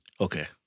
Okay